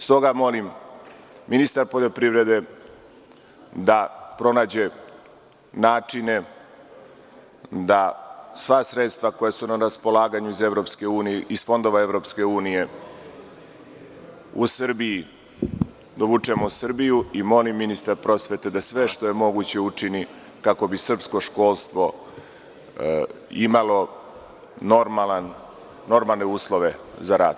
S toga molim ministra poljoprivrede da pronađe načine da sva sredstva koja su na raspolaganju iz fondova EU dovučemo u Srbiju i molim ministra prosvete da sve što je moguće učini kako bi srpsko školstvo imalo normalne uslove za rad.